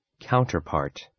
Counterpart